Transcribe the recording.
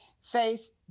faith